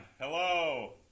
hello